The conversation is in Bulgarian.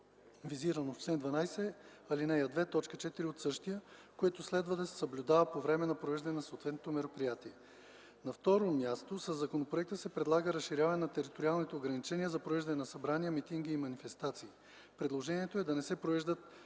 визирано в чл. 12, ал. 2, т. 4 от същия, което следва да се съблюдава по време на провеждане на съответното мероприятие. На второ място със законопроекта се предлага разширяване на териториалните ограничения за провеждане на събрания, митинги и манифестации. Предложението е да не се провеждат